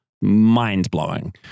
mind-blowing